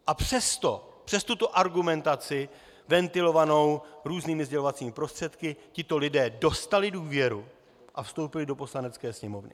A přes tuto argumentaci, ventilovanou různými sdělovacími prostředky, tito lidé dostali důvěru a vstoupili do Poslanecké sněmovny.